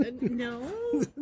No